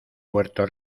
puerto